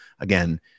again